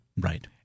Right